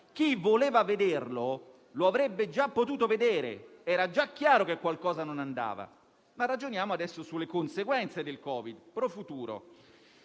Chi voleva vederlo lo avrebbe già potuto vedere: era già chiaro che qualcosa non andava. Adesso, però, ragioniamo sulle conseguenze del Covid, *pro futuro*.